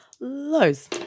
Lows